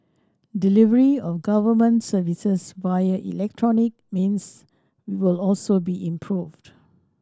delivery of government services via electronic means will also be improved